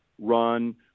run